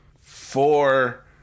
four